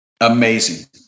amazing